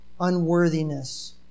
unworthiness